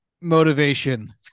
motivation